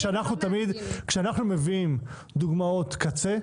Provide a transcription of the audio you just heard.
כשאנחנו מביאים דוגמאות קצה,